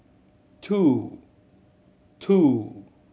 two two